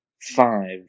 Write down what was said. five